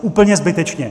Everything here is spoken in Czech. Úplně zbytečně.